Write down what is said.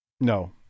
No